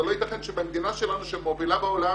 זה לא יתכן שבמדינה שלנו שמובילה בעולם